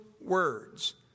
words